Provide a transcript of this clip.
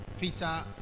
Peter